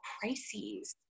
crises